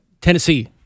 Tennessee